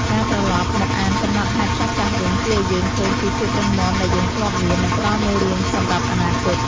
ការត្រឡប់មកអានកំណត់ហេតុចាស់ៗវិញ ជួយឱ្យយើងឃើញពីភាពរឹងមាំដែលយើងធ្លាប់មាន និងផ្ដល់មេរៀនសម្រាប់អនាគត។